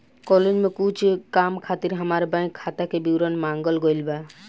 college में कुछ काम खातिर हामार बैंक खाता के विवरण मांगल गइल बा